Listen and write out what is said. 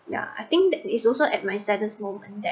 ya I think that is also at my saddest moment there